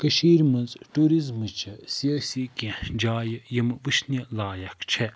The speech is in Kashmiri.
کٔشیٖرِ مَنٛز ٹیٛورِزمٕچۍ سیٲسی کیٚنٛہہ جایہِ یِم وُچھنہِ لایق چھِ